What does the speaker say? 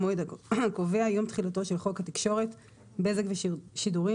"המועד הקובע" יום תחילתו של חוק התקשורת (בזק ושידורים)